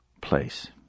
place—